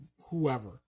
whoever